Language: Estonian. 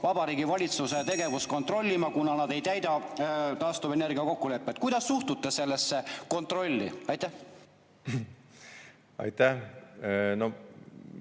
Vabariigi Valitsuse tegevust kontrollima, kuna nad ei täida taastuvenergia kokkulepet. Kuidas suhtute sellesse kontrolli? Tänan,